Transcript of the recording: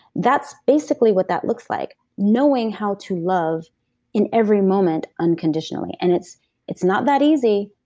that's basically what that looks like. knowing how to love in every moment unconditionally. and it's it's not that easy,